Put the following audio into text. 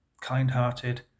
kind-hearted